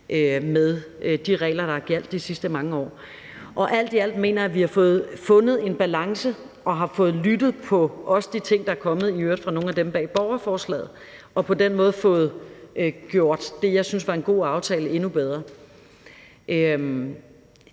med de regler, der har gjaldt de sidste mange år. Alt i alt mener vi, at vi har fundet en balance og også har lyttet til de ting, der er kommet fra i øvrigt nogle af dem bag borgerforslaget, og på den måde fået gjort det, jeg synes var en god aftale, endnu bedre.